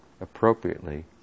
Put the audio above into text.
appropriately